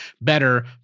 better